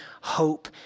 hope